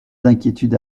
d’inquiétude